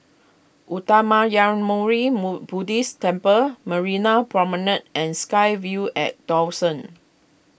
Uttamayanmuni Buddhist Temple Marina Promenade and SkyVille at Dawson